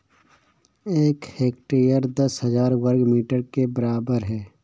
एक हेक्टेयर दस हजार वर्ग मीटर के बराबर है